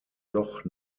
doch